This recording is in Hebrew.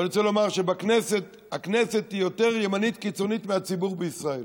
ואני רוצה לומר שהכנסת היא יותר ימנית קיצונית מהציבור בישראל.